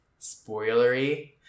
spoilery